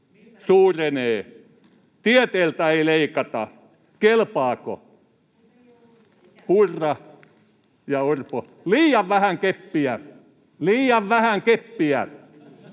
suurenee, tieteeltä ei leikata. Että kelpaako?’ Purra ja Orpo: ’Liian vähän keppiä, liian vähän keppiä!’”